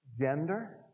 Gender